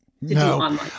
No